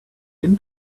been